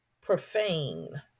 profane